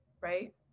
Right